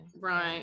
right